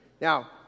Now